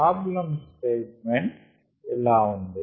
problem statement ఇలా ఉంది